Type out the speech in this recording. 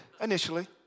initially